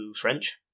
French